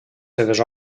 seves